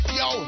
yo